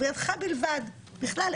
ובידך בלבד בכלל,